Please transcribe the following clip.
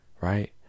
right